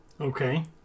Okay